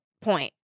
point